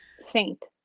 saint